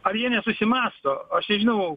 ar jie nesusimąsto aš nežinau